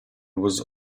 was